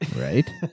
Right